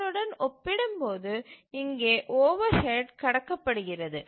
அதனுடன் ஒப்பிடும்போது இங்கே ஓவர்ஹெட் கடக்கப்படுகிறது